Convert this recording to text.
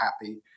happy